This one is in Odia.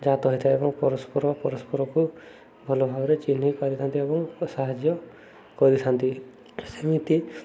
ଜାତ ହୋଇଇଥାଏ ଏବଂ ପରସ୍ପର ପରସ୍ପରକୁ ଭଲ ଭାବରେ ଚିହ୍ନ କରିଥାନ୍ତି ଏବଂ ସାହାଯ୍ୟ କରିଥାନ୍ତି ସେମିତି